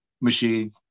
machine